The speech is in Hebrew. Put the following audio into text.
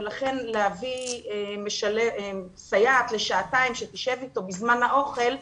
ולכן, להביא סייעת לשעתיים שתשב איתו בזמן האוכל,